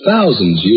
Thousands